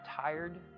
tired